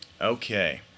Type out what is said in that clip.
Okay